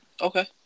Okay